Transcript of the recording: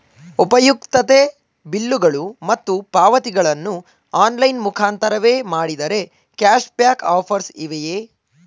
ಉಪಯುಕ್ತತೆ ಬಿಲ್ಲುಗಳು ಮತ್ತು ಪಾವತಿಗಳನ್ನು ಆನ್ಲೈನ್ ಮುಖಾಂತರವೇ ಮಾಡಿದರೆ ಕ್ಯಾಶ್ ಬ್ಯಾಕ್ ಆಫರ್ಸ್ ಇವೆಯೇ?